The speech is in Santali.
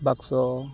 ᱵᱟᱠᱥᱚ